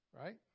Right